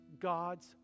God's